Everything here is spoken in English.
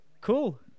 cool